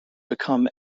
become